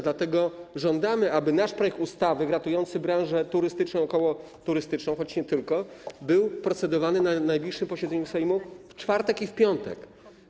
Dlatego żądamy, aby nasz projekt ustawy ratujący branże turystyczną i okołoturystyczną, choć nie tylko, był procedowany na najbliższym posiedzeniu Sejmu w czwartek i w piątek.